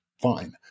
fine